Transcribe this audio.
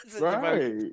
Right